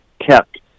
kept